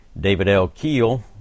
davidlkeel